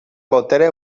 botere